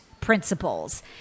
principles